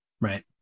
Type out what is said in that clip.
Right